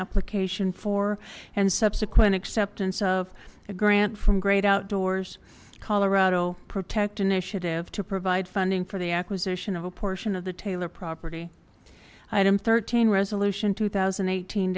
application for and subsequent acceptance of a grant from great outdoors colorado protect initiative to provide funding for the acquisition of a portion of the taylor property item thirteen resolution two thousand